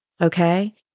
Okay